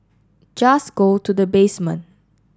just go to the basement